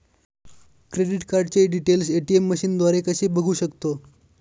Credit कार्डचे details ATM मशीनद्वारे कसे बघू शकतो?